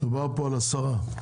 מדובר על עשר תקנות?